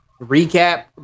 recap